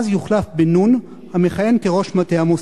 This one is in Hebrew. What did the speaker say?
אז יוחלף בנ', המכהן כראש מטה המוסד.